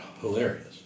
hilarious